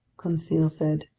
conseil said.